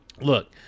look